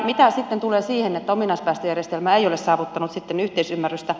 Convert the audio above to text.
mitä sitten tulee siihen että ominaispäästöjärjestelmä ei ole saavuttanut yhteisymmärrystä